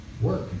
work